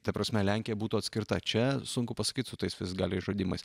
ta prasme lenkija būtų atskirta čia sunku pasakyt su tais visgaliais žaidimais